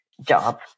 job